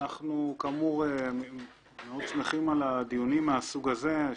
אנחנו מאוד שמחים על הדיונים מהסוג הזה.